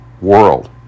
world